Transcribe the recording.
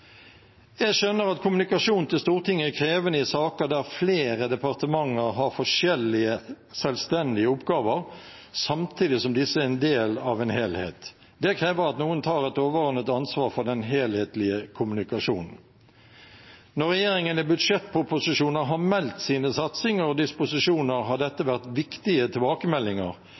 Jeg skjønner at kommunikasjon til Stortinget er krevende i saker der flere departementer har forskjellige, selvstendige oppgaver, samtidig som disse er en del av en helhet. Det krever at noen tar et overordnet ansvar for den helhetlige kommunikasjonen. Når regjeringen i budsjettproposisjoner har meldt sine satsinger og disposisjoner, har dette vært viktige tilbakemeldinger,